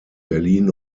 berlin